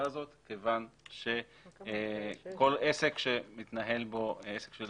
הזאת כיוון שכל עסק שמתנהל בו עסק של